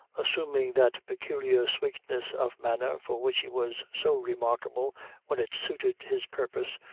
assuming that peculiar sweetness of manner, for which he was so remarkable when it suited his purpose,